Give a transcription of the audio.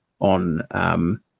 on